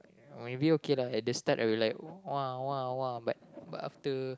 maybe okay lah at the start I will like !wah! !wah! !wah! but after